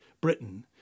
Britain